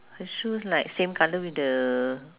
her shoes like same colour with the